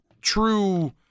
true